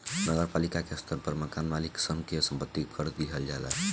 नगर पालिका के स्तर पर मकान मालिक सन से संपत्ति कर लिहल जाला